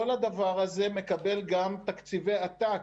כל הדבר הזה מקבל גם תקציבי עתק